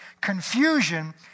confusion